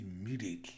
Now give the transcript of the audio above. immediately